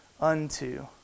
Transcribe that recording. unto